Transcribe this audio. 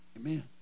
Amen